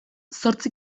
zortzi